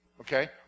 Okay